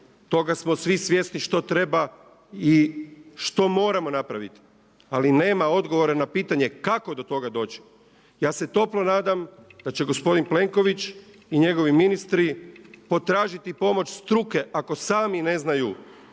toga smo svi svjesni što treba i što moramo napraviti ali nema odgovora na pitanje kako do toga doći? Ja se toplo nadam da će gospodin Plenković i njegovi ministri potražiti pomoć struke ako sami ne znaju